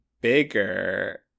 bigger